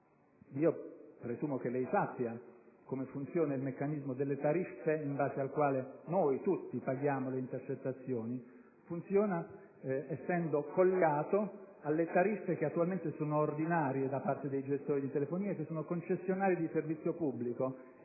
Io presumo che lei sappia come funziona il meccanismo delle tariffe in base al quale noi tutti paghiamo le intercettazioni: funziona essendo collegato alle tariffe che attualmente sono ordinarie da parte dei gestori di telefonia che sono concessionari di servizio pubblico.